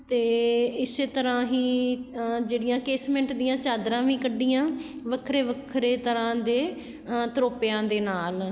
ਅਤੇ ਇਸੇ ਤਰ੍ਹਾਂ ਹੀ ਜਿਹੜੀਆਂ ਕੇਸਮੈਂਟ ਦੀਆਂ ਚਾਦਰਾਂ ਵੀ ਕੱਢੀਆਂ ਵੱਖਰੇ ਵੱਖਰੇ ਤਰ੍ਹਾਂ ਦੇ ਤਰੋਪਿਆਂ ਦੇ ਨਾਲ